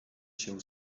się